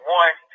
one